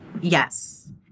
Yes